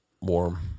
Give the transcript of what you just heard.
warm